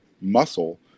muscle